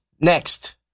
Next